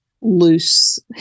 loose